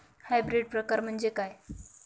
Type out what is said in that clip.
Hybrid प्रकार म्हणजे काय?